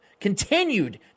continued